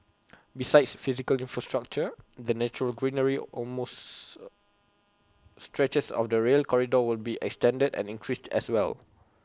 besides physical infrastructure the natural greenery along most stretches of the rail corridor will be extended and increased as well